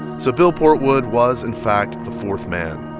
so bill portwood was, in fact, the fourth man.